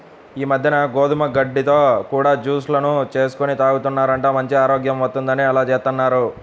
ఈ మద్దెన గోధుమ గడ్డితో కూడా జూస్ లను చేసుకొని తాగుతున్నారంట, మంచి ఆరోగ్యం వత్తందని అలా జేత్తన్నారు